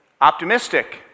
Optimistic